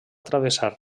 travessar